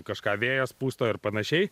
kažką vėjas pusto ir panašiai